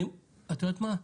ואת יודעת מה,